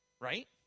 Right